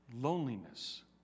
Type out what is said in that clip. loneliness